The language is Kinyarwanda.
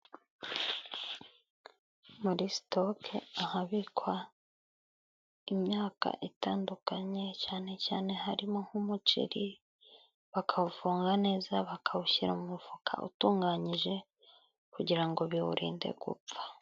Muri sitoke, ahabikwa imyaka itandukanye cyane cyane harimo nk'umuceri bakawufunga neza bakawushyira mu mufuka utunganyije kugira ngo biwurinde gupfa.